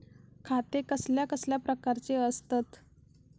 खाते कसल्या कसल्या प्रकारची असतत?